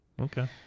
Okay